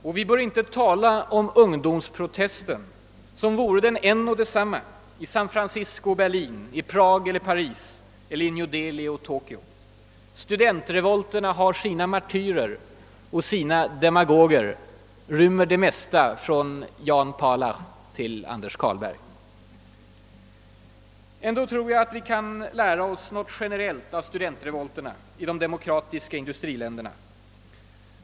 Och vi bör inte tala om »ungdomsprotesten» som vore den en och densamma i San Francisco och Berlin, i Prag och Paris eller i New Delhi och Tokyo. Studentrevolterna har sina martyrer och sina demagoger, rymmer det mesta från Jan Palach till Anders Carlberg. Ändå tror jag att vi kan lära oss något generellt av studentrevolterna i de demokratiska industriländerna.